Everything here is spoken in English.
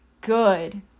good